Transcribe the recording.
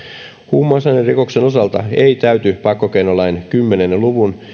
huumausainerikoksen osalta eivät täyty pakkokeinolain kymmenen luvun